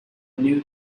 new